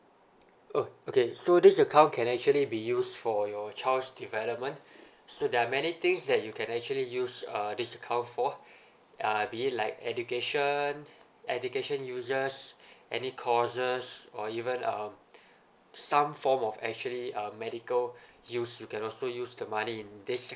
oh okay so this account can actually be used for your child's development so there are many things that you can actually use uh this account for uh be it like education education uses any courses or even um some form of actually uh medical use you can also use the money in this